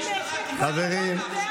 למתנדבי משטרה קיצרתם את ההכשרה.